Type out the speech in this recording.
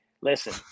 listen